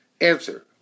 Answer